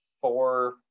four